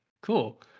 cool